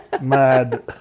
mad